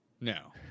No